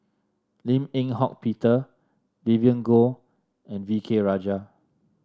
Lim Eng Hock Peter Vivien Goh and V K Rajah